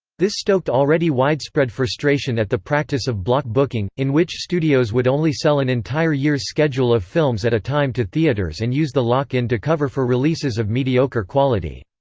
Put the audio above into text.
this stoked already widespread frustration at the practice of block-booking, in which studios would only sell an entire year's schedule of films at a time to theaters and use the lock-in to cover for releases of mediocre quality.